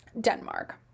Denmark